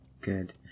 Good